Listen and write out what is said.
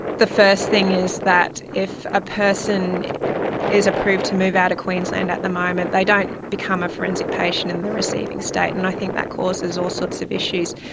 the first thing is that if a person is approved to move out of queensland at the moment, they don't become a forensic patient in the receiving state, and i think that causes all sorts of issues.